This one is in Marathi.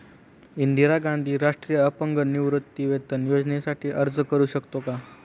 इंदिरा गांधी राष्ट्रीय अपंग निवृत्तीवेतन योजनेसाठी अर्ज करू शकतो का?